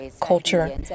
culture